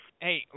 hey